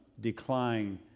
decline